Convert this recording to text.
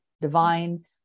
divine